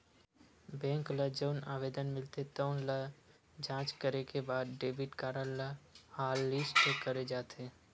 bank ल जउन आवेदन मिलथे तउन ल जॉच करे के बाद डेबिट कारड ल हॉटलिस्ट करे जाथे